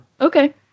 Okay